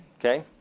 Okay